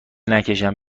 نکشن